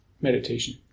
meditation